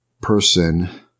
person